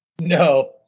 No